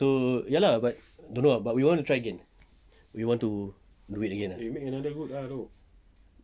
so ya lah but don't know but we want to try again we want to do it again